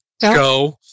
go